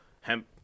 hemp